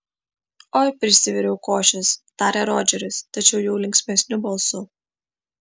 oi prisiviriau košės tarė rodžeris tačiau jau linksmesniu balsu